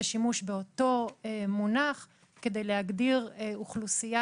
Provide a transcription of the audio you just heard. שימוש באותו מונח כדי להגדיר אוכלוסייה,